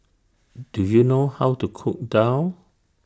Do YOU know How to Cook Daal